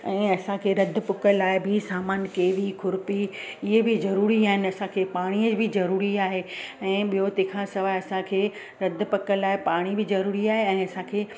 ऐं असांखे रध पक लाइ बि सामानु केवी खुरिपी इहे बि ज़रूरी आहिनि असांखे पाणीअ ई बि ज़रूरी आहे ऐं ॿियो तंहिं खां सवाइ असांखे रध पक लाइ पाणी बि ज़रूरी आहे ऐं असांखे